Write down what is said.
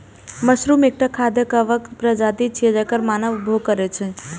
mushroom एकटा खाद्य कवक प्रजाति छियै, जेकर मानव उपभोग करै छै